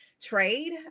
trade